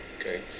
okay